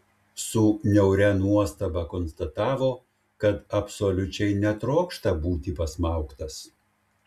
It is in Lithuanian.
su niauria nuostaba konstatavo kad absoliučiai netrokšta būti pasmaugtas